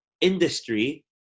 industry